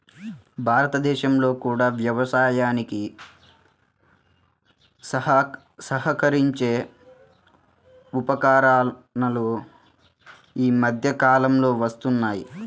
భారతదేశంలో కూడా వ్యవసాయానికి సహకరించే ఉపకరణాలు ఈ మధ్య కాలంలో వస్తున్నాయి